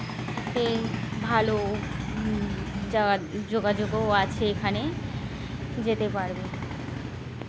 ভালো যাওয়ার যোগাযোগও আছে এখানে যেতে পারবে